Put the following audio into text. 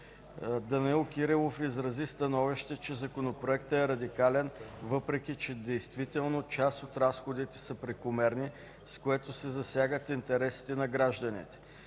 Данаил Кирилов изрази становище, че Законопроектът е радикален, въпреки че действително част от разходите са прекомерни, с което се засягат интересите на гражданите.